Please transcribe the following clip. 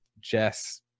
Jess